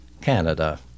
Canada